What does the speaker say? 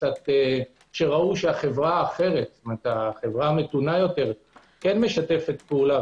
שראו שהחברה המתונה יותר כן משתפת פעולה,